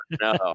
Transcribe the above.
no